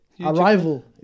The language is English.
Arrival